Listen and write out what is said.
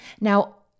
Now